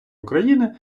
україни